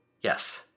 Yes